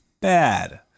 bad